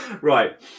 Right